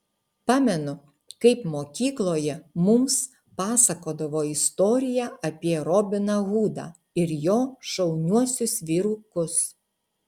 pamenu kaip mokykloje mums pasakodavo istoriją apie robiną hudą ir jo šauniuosius vyrukus